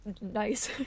nice